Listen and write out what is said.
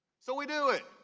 so we do it.